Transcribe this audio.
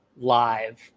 live